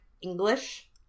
English